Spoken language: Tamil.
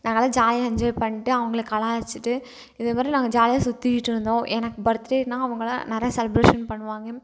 நாங்கள்லாம் ஜாலியாக என்ஜாய் பண்ணிட்டு அவங்கள கலாய்ச்சிட்டு இது மாதிரி நாங்கள் ஜாலியாக சுத்திகிட்ருந்தோம் எனக்கு பர்த்துடேன்னால் அவங்கள்லாம் நிறைய செலிப்ரேஷன் பண்ணுவாங்க